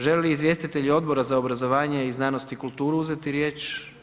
Žele li izvjestitelji Odbora za obrazovanje i znanost i kulturu uzeti riječ?